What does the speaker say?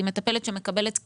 היא מטפלת שמקבלת כלים.